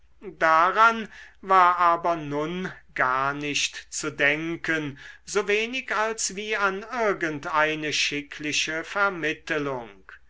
daran war aber nun gar nicht zu denken so wenig als wie an irgend eine schickliche vermittelung